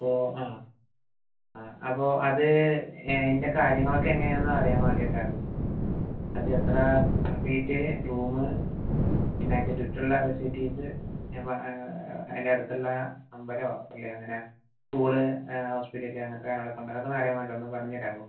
അപ്പോൾ ആ അപ്പോൾ ആ അത് അതിൻ്റെ കാര്യങ്ങളൊക്കെ എങ്ങനെയാണന്നറിയാൻ വേണ്ടിട്ടായിരുന്നു അത് എത്ര സ്കൊയർഫീറ്റ് റൂമ് പിന്നെ അതിൻ്റെ ചുറ്റുമുള്ള ഫെസിലിറ്റീസ് ഇനിയിപ്പോൾ അതിൻ്റെ അടുത്തുള്ള അമ്പലമോ പള്ളിയോ അങ്ങനെ സ്കൂള് ഹോസ്പിറ്റല് അങ്ങനത്തെ കാര്യങ്ങളൊക്കെയുണ്ടോ അതൊക്കെ ഒന്നറിയാൻ വേണ്ടിയിട്ടാണ് ഒന്ന് പറഞ്ഞുതരാമോ